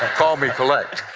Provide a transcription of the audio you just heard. call me collect